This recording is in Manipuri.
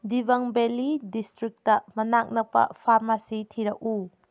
ꯗꯤꯕꯪ ꯚꯦꯂꯤ ꯗꯤꯁꯇ꯭ꯔꯤꯛꯇ ꯃꯅꯥꯛ ꯅꯛꯄ ꯐꯥꯔꯃꯥꯁꯤ ꯊꯤꯔꯛꯎ